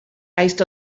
based